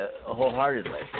wholeheartedly